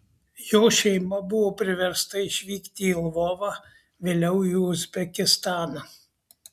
jo šeima buvo priversta išvykti į lvovą vėliau į uzbekistaną